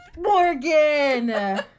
Morgan